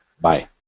Bye